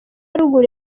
ruguru